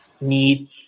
need